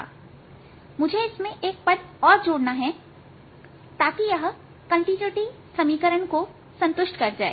प्रायः मुझे इसमें एक और पद जोड़ना है जिससे कि कंटिन्यूटी समीकरणसतत समीकरण संतुष्ट हो जाए